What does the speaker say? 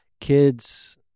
kids